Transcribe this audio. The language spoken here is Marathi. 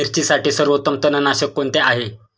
मिरचीसाठी सर्वोत्तम तणनाशक कोणते आहे?